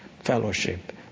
fellowship